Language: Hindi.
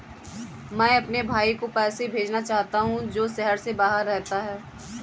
मैं अपने भाई को पैसे भेजना चाहता हूँ जो शहर से बाहर रहता है